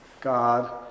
God